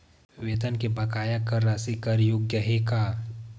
वेतन के बकाया कर राशि कर योग्य हे का?